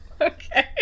Okay